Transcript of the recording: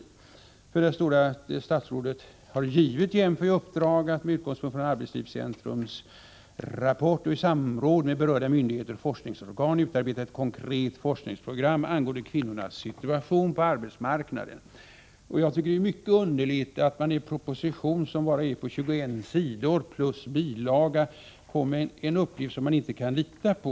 Det stod i propositionen att statsrådet ”har givit JÄMFO i uppdrag, att med utgångspunkt från arbetslivscentrums rapport och i samråd med berörda myndigheter och forskningsorgan utarbeta ett konkret forskningsprogram angående kvinnornas situation på arbetsmarknaden”. Jag tycker att det är mycket märkligt att det i en proposition på bara 21 sidor plus bilaga förekommer en uppgift som man inte kan lita på.